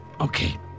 Okay